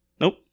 Nope